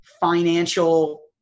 financial